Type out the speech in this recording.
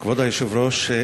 כבוד היושב-ראש,